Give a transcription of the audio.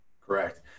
Correct